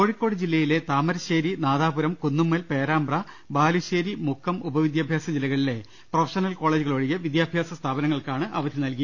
കോഴിക്കോട് ജില്ലയിലെ താമരശ്ശേരി നാദാപുരം കുന്നുമ്മൽ പേരാമ്പ ബാലുശ്ശേരി മുക്കം ഉപവിദ്യാഭ്യാസ ജില്ലകളിലെ പ്രൊഫ ഷണൽ കോളജ് ഒഴികെ വിദ്യാഭ്യാസ സ്ഥാപനങ്ങൾക്ക് അവധി നൽകി